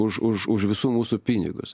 už už už visų mūsų pinigus